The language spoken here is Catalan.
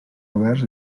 oberts